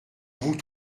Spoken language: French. vous